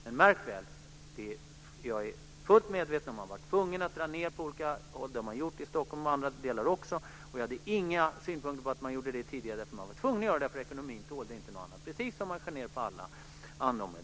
Men märk väl: Jag är fullt medveten om att man har tvungen att dra ned på olika håll. Det har man gjort i Stockholm och i andra delar också. Jag har inga synpunkter på att man gjorde det tidigare. Man var tvungen att göra det eftersom ekonomin inte tålde något annat, precis som man skar ned på alla andra områden.